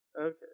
Okay